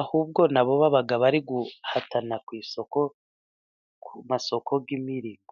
ahubwo na bo baba bari guhatana ku isoko, ku masoko y'imirimo.